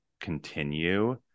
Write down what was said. continue